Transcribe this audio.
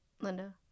Linda